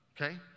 okay